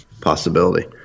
possibility